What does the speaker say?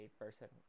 person